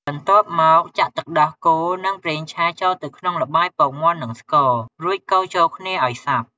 បន្ទាប់មកចាក់ ទឹកដោះគោ និង ប្រេងឆា ចូលទៅក្នុងល្បាយពងមាន់ និងស្ករ រួចកូរចូលគ្នាឱ្យសព្វ។